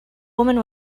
woman